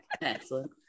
excellent